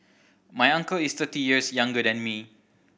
my uncle is thirty years younger than me